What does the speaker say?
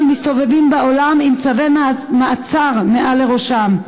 מסתובבים בעולם עם צווי מעצר מעל ראשם.